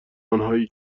آنهایی